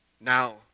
Now